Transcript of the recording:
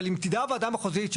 אם תדע הוועדה המחוזית,